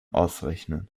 ausrechnen